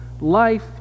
life